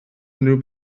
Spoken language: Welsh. unrhyw